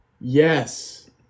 yes